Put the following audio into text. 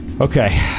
Okay